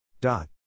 Dot